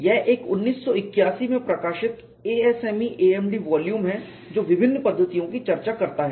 यह एक 1981 में प्रकाशित ASME AMD वाल्यूम है जो विभिन्न पद्धतियों की चर्चा करता है